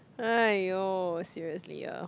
!aiyo! seriously ah